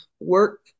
work